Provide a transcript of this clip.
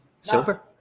Silver